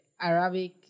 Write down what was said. arabic